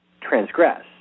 transgress